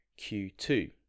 Q2